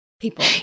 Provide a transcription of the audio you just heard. people